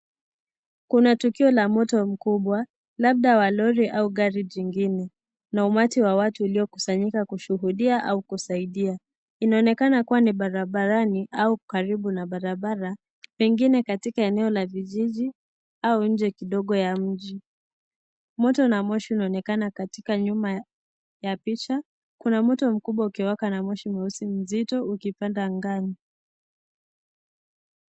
Kuna tukio la moto mkubwa labda wa lori au gari jingine na umati wa watu uliokusanyika kushuhudia au kusaidia. Inaonekana kuwa ni barabarani au karibu na barabara pengine katika eneo la vijiji au nje kidogo ya mji . Moto na moshi unaonekana katika nyuma ya picha, kuna moto mkubwa ukiwaka na moshi mweusi mzito ukipanda angani.